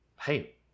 Hey